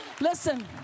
Listen